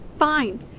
Fine